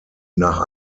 nach